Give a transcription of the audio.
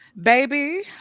baby